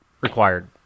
required